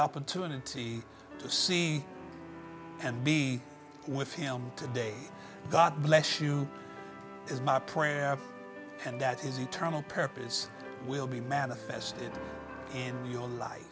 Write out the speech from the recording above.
opportunity to see and be with him today god bless you is my prayer and that is eternal purpose will be manifested in your life